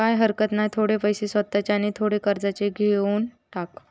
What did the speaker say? काय हरकत नाय, थोडे पैशे स्वतःचे आणि थोडे कर्जाचे घेवन टाक